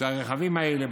הרכבים האלה,